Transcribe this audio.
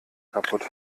kaputt